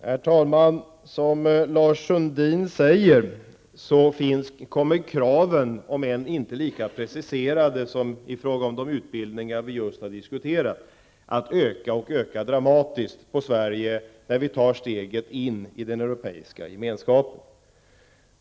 Herr talman! Som Lars Sundin säger, kommer kraven på Sverige att öka dramatiskt, om än inte lika preciserat som i fråga om de utbildningar vi just har diskuterat, när vi tar steget in i den Europeiska gemenskapen.